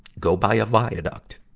go by a viaduct.